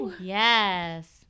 yes